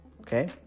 Okay